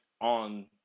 on